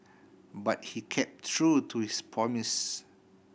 but he kept true to his promise